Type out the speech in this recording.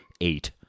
eight